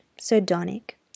sardonic